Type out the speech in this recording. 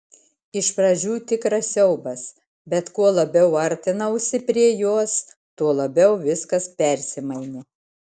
iš pradžių tikras siaubas bet kuo labiau artinausi prie jos tuo labiau viskas persimainė